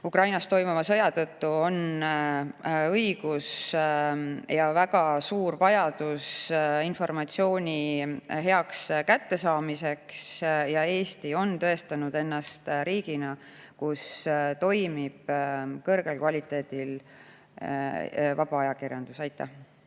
Ukrainas toimuva sõja tõttu on õigus ja väga suur vajadus informatsiooni hästi kätte saada. Ja Eesti on tõestanud ennast riigina, kus toimib kõrge kvaliteediga vaba ajakirjandus. Aitäh